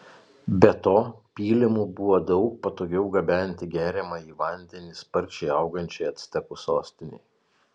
be to pylimu buvo daug patogiau gabenti geriamąjį vandenį sparčiai augančiai actekų sostinei